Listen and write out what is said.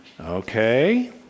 Okay